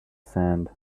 sand